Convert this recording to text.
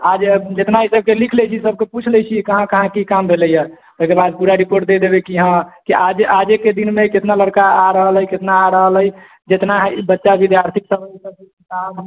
आज जेतना ईसब के लिख लै छी पूछ लै छी कहाँ कहाँ की काम भेलैय एकरबाद पूरा रिपोर्ट दे देब की हँ की आजे के दिन मे केतना लड़का आ रहल है कितना आ रहल अइ जेतना बच्चा विद्यार्थी सब है